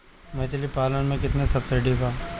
मछली पालन मे केतना सबसिडी बा?